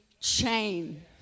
chain